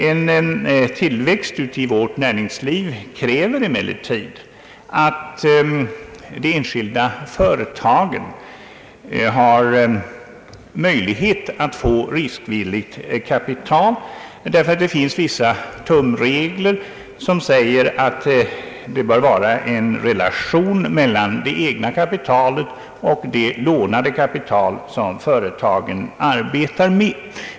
En tillväxt i vårt näringsliv kräver emellertid att de enskilda företagen har möjlighet att få riskvilligt kapital, ty det finns vissa tumregler som säger att det bör vara relation mellan det egna kapitalet och det lånade kapital, som företagen arbetar med.